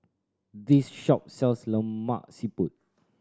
this shop sells Lemak Siput